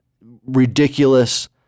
ridiculous